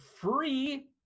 free